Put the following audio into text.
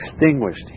extinguished